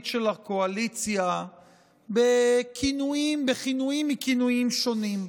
של הקואליציה בכינויים מכינויים שונים: